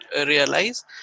realize